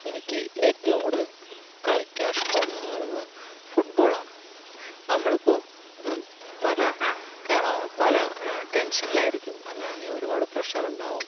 എനിക്ക് ഏറ്റവും കൂടുതൽ കളിക്കാനിഷ്ടം ഉള്ളതെന്നു പറയുന്നത് ഫുട്ബോളാണ് നമ്മളിപ്പോൾ പല കാരണം നമ്മളിപ്പോൾ പല ടെൻഷനിലായിരിക്കും അല്ലെങ്കിൽ ഒരുപാട് പ്രെഷർ ഉണ്ടാവും